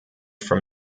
from